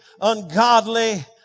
ungodly